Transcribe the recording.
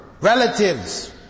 relatives